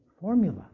Formula